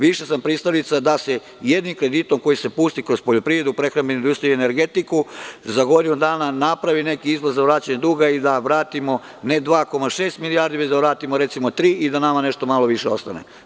Više sam pristalica da se jednim kreditom koji se pusti kroz poljoprivredu, prehrambenu industriju i energetiku za godinu dana napravi neki izlaz za vraćanje duga i da vratimo ne 2,6 milijardi, nego da vratimo tri, i da nama nešto malo više ostane.